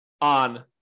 on